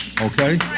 Okay